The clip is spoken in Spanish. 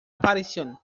aparición